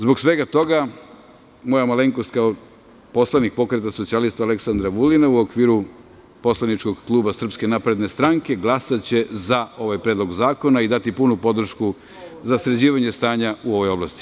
Zbog svega toga moja malenkost kao poslanik Pokreta socijalista Aleksandra Vulina u okviru poslaničkog kluba SNS glasaće za ovaj predlog zakona i dati punu podršku za sređivanje stanja u ovoj oblasti.